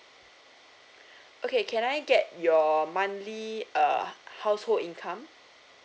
okay can I get your monthly uh household income